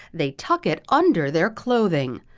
they tuck it under their clothing.